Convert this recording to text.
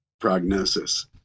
prognosis